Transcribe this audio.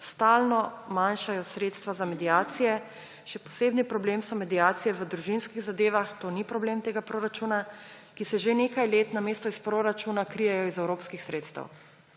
stalno manjšajo sredstva za mediacije. Še posebni problem so mediacije v družinskih zadevah – to ni problem tega proračuna –, ki se že nekaj let namesto iz proračuna krijejo iz evropskih sredstev.